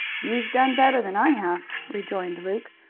you've done better than i have, rejoined luke.